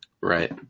right